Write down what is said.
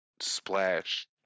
splash